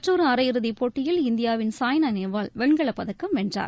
மற்றொரு அரை இறுதிப் போட்டியில் இந்தியாவின் சாய்னா நேவால் வெண்கலப்பதக்கம் வென்றார்